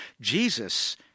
Jesus